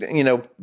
you know,